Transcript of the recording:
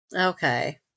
Okay